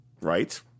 Right